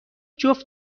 جفت